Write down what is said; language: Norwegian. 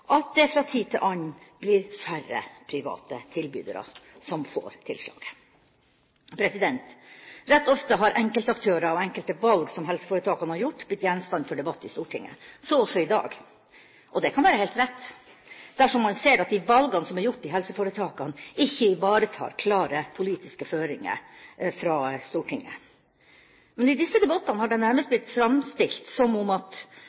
at det fra tid til annen blir færre private tilbydere som får tilslaget. Ofte har enkeltaktører og enkelte valg som helseforetakene har gjort, blitt gjenstand for debatt i Stortinget, så også i dag. Og det kan være helt rett dersom man ser at de valgene som er gjort i helseforetakene, ikke ivaretar klare politiske føringer fra Stortinget. Men i disse debattene har det nærmest blitt framstilt som om